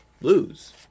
lose